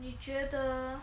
你觉得